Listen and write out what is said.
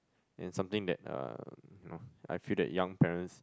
and something that uh you know I feel that young parents